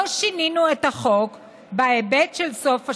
שינינו את החוק בהיבט של סוף השבוע,